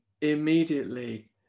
immediately